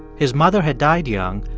his mother had died young,